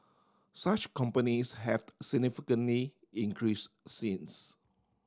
such companies have significantly increase since